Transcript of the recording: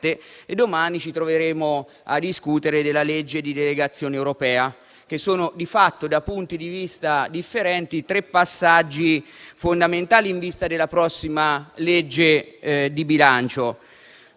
e domani ci troveremo a discutere della legge di delegazione europea. Si tratta, da punti di vista differenti, di tre passaggi fondamentali in vista della prossima legge di bilancio.